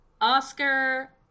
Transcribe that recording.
Oscar